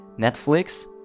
Netflix